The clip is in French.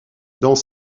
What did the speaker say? dans